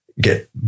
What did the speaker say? get